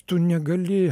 tu negali